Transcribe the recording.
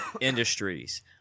industries